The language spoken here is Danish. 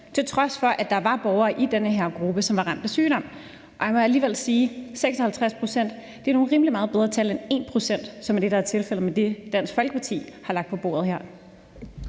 til trods for at der var borgere i den gruppe, som var ramt af sygdom. Og jeg må nu alligevel sige, at 56 pct. er rimelig meget bedre end de 1 pct., som er det, som Dansk Folkeparti her har lagt på bordet.